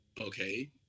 okay